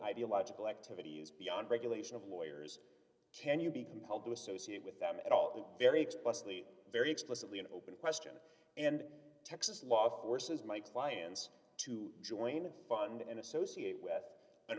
ideological activities beyond regulation of lawyers can you be compelled to associate with them at all very explicitly very explicitly an open question and texas law forces my clients to join and fund and associate with an